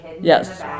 yes